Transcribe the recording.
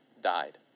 died